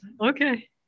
okay